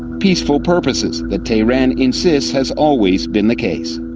peaceful purposes that tehran insists has always been the case.